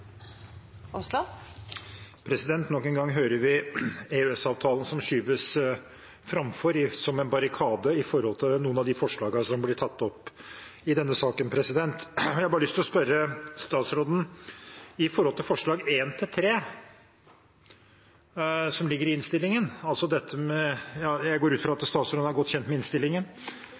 Nok en gang hører vi at EØS-avtalen skyves foran, som en barrikade, når det gjelder en del av de forslagene som blir tatt opp i denne saken. Jeg har lyst til å spørre statsråden: Når det gjelder forslagene nr. 1–3 i innstillingen – jeg går ut fra at statsråden er godt kjent med innstillingen